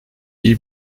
iyi